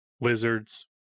lizards